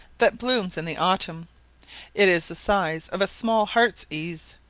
that blooms in the autumn it is the size of a small heart's-ease,